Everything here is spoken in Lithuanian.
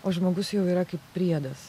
o žmogus jau yra kaip priedas